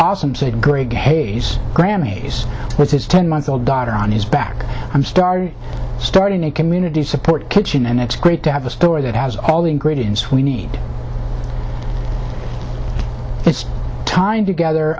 awesome said greg hayes grammies with his ten month old daughter on his back i'm starting starting a community support kitchen and it's great to have a story that has all the ingredients we need it's time to gather